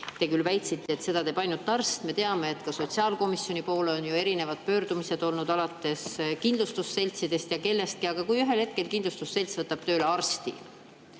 Te küll väitsite, et [neid andmeid vaatab] ainult arst. Me teame, et ka sotsiaalkomisjoni poole on erinevaid pöördumisi olnud, alates kindlustusseltsidest ja kellest veel. Aga kui ühel hetkel kindlustusselts võtab tööle arsti?